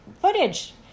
footage